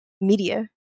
media